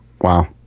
wow